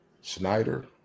Snyder